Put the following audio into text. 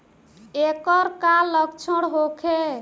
ऐकर का लक्षण होखे?